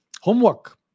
Homework